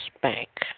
Bank